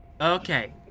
okay